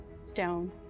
stone